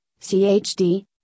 CHD